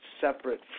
separate